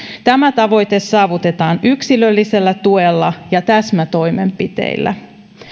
tämä tavoite saavutetaan yksilöllisellä tuella ja täsmätoimenpiteillä